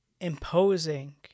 imposing